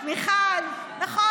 מיכל, נכון.